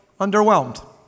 underwhelmed